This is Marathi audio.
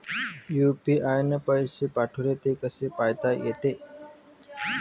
यू.पी.आय न पैसे पाठवले, ते कसे पायता येते?